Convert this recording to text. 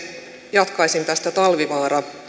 jatkaisin tästä talvivaara